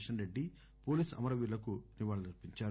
కేషన్ రెడ్డి పోలీసు అమరవీరులకు నివాళులర్పించారు